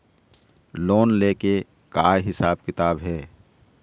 Loan ले के का हिसाब किताब हे?